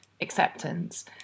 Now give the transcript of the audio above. acceptance